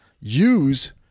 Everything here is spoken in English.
use